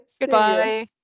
Goodbye